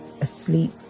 asleep